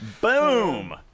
Boom